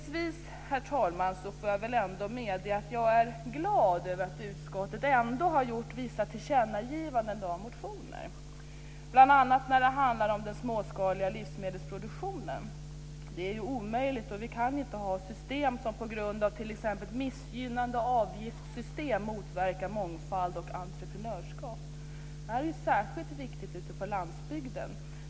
Herr talman! Avslutningsvis vill jag medge att jag är glad över att utskottet har gjort vissa tillkännagivanden med anledning av motioner, bl.a. när det handlar om den småskaliga livsmedelsproduktionen. Vi kan inte ha missgynnande avgiftssystem som motverkar mångfald och entreprenörskap. Det är särskilt viktigt ute på landsbygden.